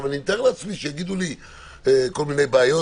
אני מתאר לעצמי שיגידו לי על כל מיני בעיות,